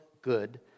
good